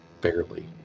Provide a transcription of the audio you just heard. barely